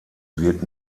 wird